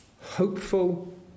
hopeful